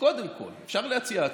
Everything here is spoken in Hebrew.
שקודם כול, אפשר להציע הצעות,